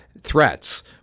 threats